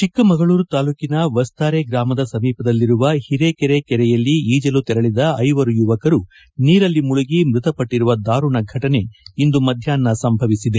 ಚಿಕ್ಕಮಗಳೂರು ತಾಲೂಕಿನ ವಸ್ನಾರೆ ಗ್ರಾಮದ ಸಮೀಪದಲ್ಲಿರುವ ಹಿರೆಕೆರೆ ಕೆರೆಯಲ್ಲಿ ಈಜಲು ತೆರಳಿದ ಐವರು ಯುವಕರು ನೀರಲ್ಲಿ ಮುಳುಗಿ ಮೃತಪಟ್ಟಿರುವ ಧಾರುಣ ಘಟನೆ ಇಂದು ಮಧ್ಕಾಷ್ನ ಸಂಭವಿಸಿದೆ